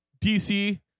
DC